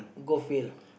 golf field